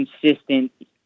consistent